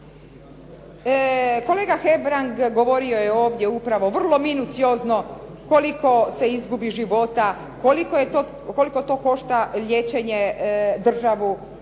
Kolega Hebrang govorio je ovdje upravo vrlo minuciozno koliko se izgubi života, koliko to košta liječenje državu.